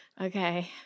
Okay